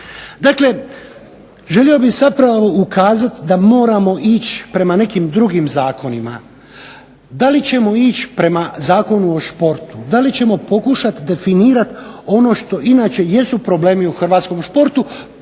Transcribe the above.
Dakle, želio bih zapravo ukazati da moramo ići prema nekim drugim zakonima. Da li ćemo ići prema Zakonu o športu, da li ćemo pokušati definirati ono što inače jesu problemi u hrvatskom športu